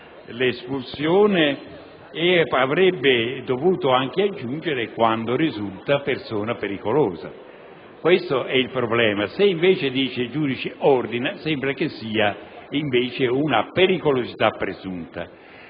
l'espulsione» e avrebbe dovuto anche aggiungere «quando risulta persona pericolosa». Questo è il problema. Se invece si dice «il giudice ordina l'espulsione» sembra che ci sia, invece, una pericolosità presunta.